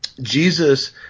Jesus